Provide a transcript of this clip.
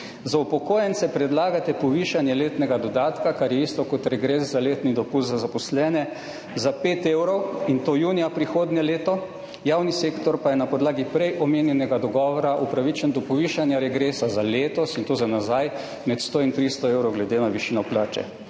Za upokojence predlagate povišanje letnega dodatka, kar je isto kot regres za letni dopust za zaposlene, za 5 evrov, in to junija prihodnje leto, javni sektor pa je na podlagi prej omenjenega dogovora upravičen do povišanja regresa za letos, in to za nazaj, med 100 in 300 evrov glede na višino plače.